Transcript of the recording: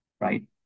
right